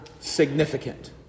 significant